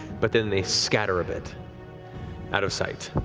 but then they scatter a bit out of sight.